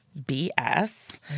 BS